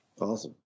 Awesome